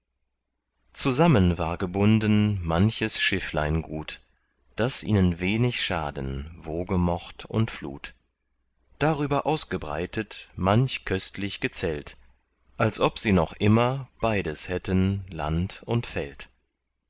zusammen war gebunden manches schifflein gut daß ihnen wenig schaden woge mocht und flut darüber ausgebreitet manch köstlich gezelt als ob sie noch immer beides hätten land und feld